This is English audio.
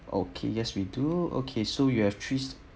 okay yes we do okay so you have three